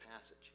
passage